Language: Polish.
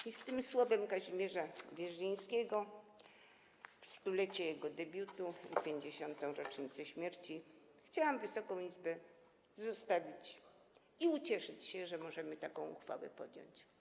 I z tym słowem Kazimierza Wierzyńskiego w 100-lecie jego debiutu, w 50. rocznicę śmierci chciałam Wysoką Izbę zostawić i ucieszyć się, że możemy taką uchwałę podjąć.